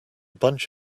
bunch